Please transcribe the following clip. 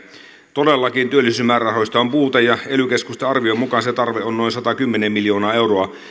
todellakin on puute ja ely keskusten arvion mukaan se tarve on noin satakymmentä miljoonaa euroa